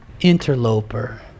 interloper